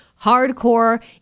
hardcore